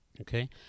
Okay